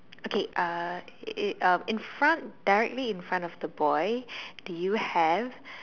okay uh it in front directly in front of the boy do you have